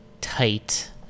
tight